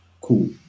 Cool